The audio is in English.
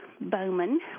Bowman